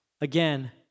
Again